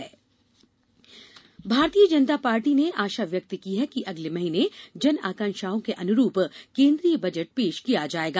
Bhajpa budget Bharatiya Janata Party ने आशा व्यक्त की है कि अगले महीने जन आकांक्षाओं के अनुरूप केन्द्रीय बजट पेश किया जाएगा